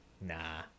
nah